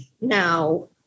now